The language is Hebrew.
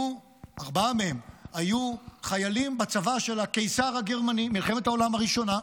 וארבעה מאחיו היו חיילים בצבא של הקיסר הגרמני במלחמת העולם הראשונה,